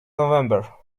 november